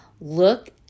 look